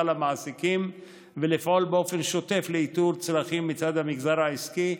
למעסיקים ולפעול באופן שוטף לאיתור צרכים מצד המגזר העסקי,